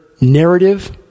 narrative